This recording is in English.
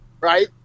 Right